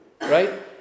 Right